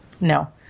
no